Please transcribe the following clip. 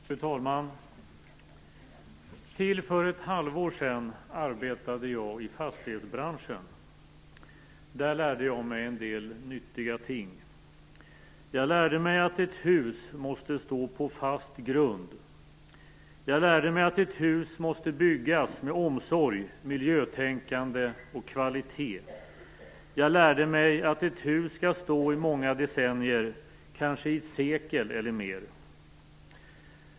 Fru talman! Till för ett halvår sedan arbetade jag i fastighetsbranschen. Där lärde jag mig en del nyttiga ting. Jag lärde mig att ett hus måste stå på fast grund. Jag lärde mig att ett hus måste byggas med omsorg, miljötänkande och kvalitet. Jag lärde mig att ett hus skall stå många decennier, kanske i sekel eller mer.